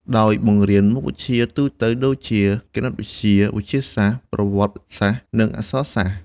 ដោយបង្រៀនមុខវិជ្ជាទូទៅដូចជា គណិតវិទ្យា វិទ្យាសាស្ត្រ ប្រវត្តិសាស្ត្រ និងអក្សរសាស្ត្រ។